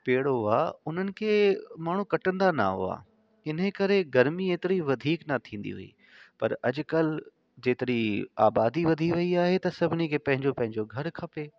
पेड़ हुआ उन्हनि खे माण्हू कटंदा न हुआ इन करे गर्मी एतिरी वधीक न थींदी हुई पर अॼु कल्ह जेतिरी आबादी वधी वई आहे त सभिनी खे पंहिंजो पंहिंजो घरु खपे